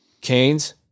Canes